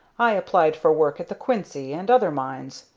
i applied for work at the quincy and other mines,